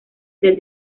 del